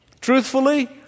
Truthfully